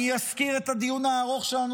אני אזכיר את הדיון הארוך שלנו,